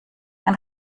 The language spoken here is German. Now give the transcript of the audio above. ein